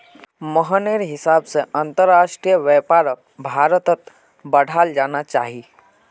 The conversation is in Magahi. मोहनेर हिसाब से अंतरराष्ट्रीय व्यापारक भारत्त बढ़ाल जाना चाहिए